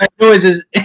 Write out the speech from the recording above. noises